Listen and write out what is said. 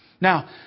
Now